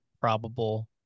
probable